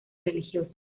religioso